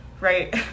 right